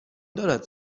دارد